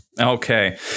okay